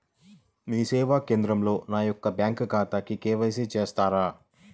మీ సేవా కేంద్రంలో నా యొక్క బ్యాంకు ఖాతాకి కే.వై.సి చేస్తారా?